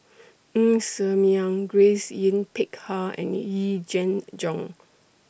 Ng Ser Miang Grace Yin Peck Ha and Yee Jenn Jong